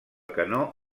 canó